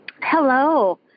Hello